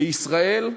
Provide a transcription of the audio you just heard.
בישראל,